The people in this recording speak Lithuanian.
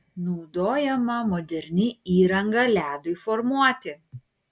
naudojama moderni įranga ledui formuoti